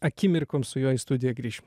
akimirkoms su juo į studiją grįšim